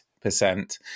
percent